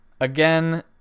again